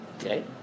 Okay